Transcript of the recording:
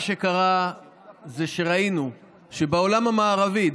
ראינו שבעולם המערבי,